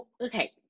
okay